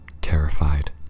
terrified